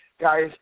guys